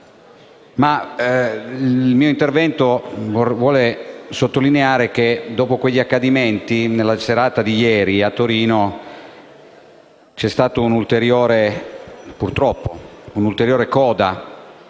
Il mio intervento vuole sottolineare che, dopo quegli accadimenti, nella serata di ieri a Torino c'è stata purtroppo un'ulteriore coda